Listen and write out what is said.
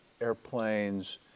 airplanes